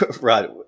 Right